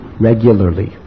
regularly